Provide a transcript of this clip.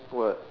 what